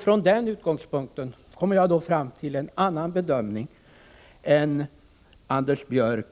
Från den utgångspunkten kommer jag fram till en annan bedömning än Anders Björck